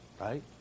right